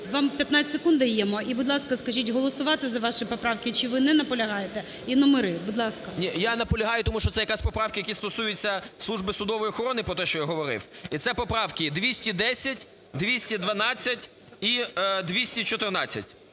Вам 15 секунд даємо. І, будь ласка, скажіть, голосувати за ваші поправки, чи ви не наполягаєте. І номери, будь ласка. 13:22:45 ЛЕВЧЕНКО Ю.В. Я наполягаю, тому що це якраз поправки, які стосуються служби судової охорони, про те, що я говорив. І це поправки: 210, 212 і 214.